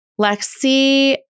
Lexi